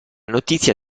notizia